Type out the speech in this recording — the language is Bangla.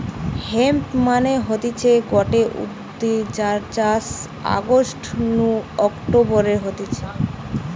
হেম্প মানে হতিছে গটে উদ্ভিদ যার চাষ অগাস্ট নু অক্টোবরে হতিছে